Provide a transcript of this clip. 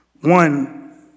One